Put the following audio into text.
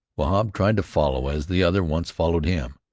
wahb tried to follow as the other once followed him,